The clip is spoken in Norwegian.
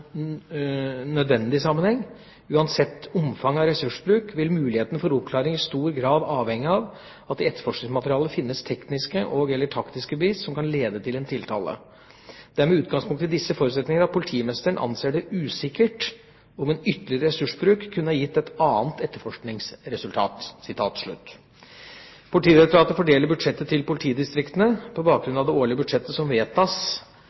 nødvendig sammenheng. Uansett omfang av ressursbruk vil muligheten for oppklaring i stor grad avhenge av at det i etterforskingsmaterialet finnes tekniske og/eller taktiske bevis som kan lede til en tiltale. Det er med utgangspunkt i disse forutsetninger at politimesteren anser det usikkert om en ytterligere ressursbruk kunne gitt et annet etterforskingsresultat.» Politidirektoratet fordeler budsjettet til politidistriktene på bakgrunn av det årlige budsjettet som vedtas